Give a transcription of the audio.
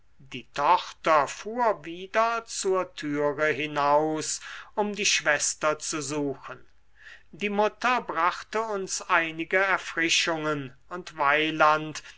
die tochter fuhr wieder zur türe hinaus um die schwester zu suchen die mutter brachte uns einige erfrischungen und weyland